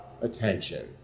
attention